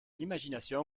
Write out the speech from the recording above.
imagination